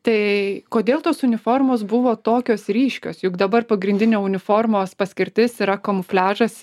tai kodėl tos uniformos buvo tokios ryškios juk dabar pagrindinė uniformos paskirtis yra kamufliažas